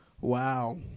Wow